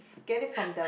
get it from the